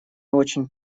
очень